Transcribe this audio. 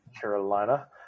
Carolina